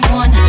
one